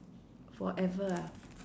forever ah